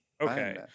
Okay